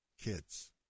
kids